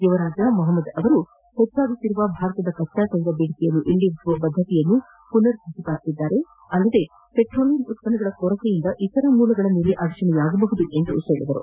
ಯುವರಾಜ ಮೊಹಮದ್ ಅವರು ಹೆಚ್ಚುತ್ತಿರುವ ಭಾರತದ ಕಚ್ಚಾತ್ಯೆಲ ಬೇಡಿಕೆಯನ್ನು ಈಡೇರಿಸುವ ಬದ್ದತೆಯನ್ನು ಪುನರ್ ಪ್ರತಿಪಾದಿಸಿದ್ದಲ್ಲದೆ ಪೆಟ್ರೋಲಿಯಂ ಉತ್ಸನ್ನಗಳ ಕೊರತೆಯಿಂದ ಇತರೆ ಮೂಲಗಳ ಮೇಲೆ ಅಡಚಣೆಯಾಗಬಹುದು ಎಂದರು